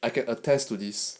I can attest to this